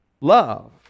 love